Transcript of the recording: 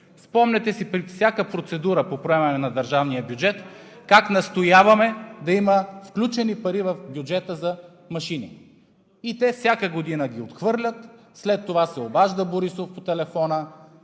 Спомняте си при всяка процедура по правене на държавния бюджет как настояваме да има включени пари в бюджета за машини и те всяка година ги отхвърлят. След това се обажда Борисов по телефона,